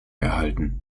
erhalten